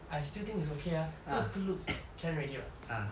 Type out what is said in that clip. I still think it's okay leh cause good looks can already [what]